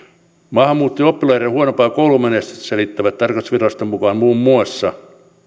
maahanmuuttajaoppilaiden huonompaa koulumenestystä selittävät tarkastusviraston mukaan muun muassa